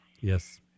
yes